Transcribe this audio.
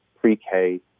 pre-K